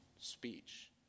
speech